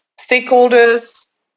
stakeholders